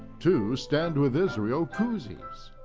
two stand with israel koozies,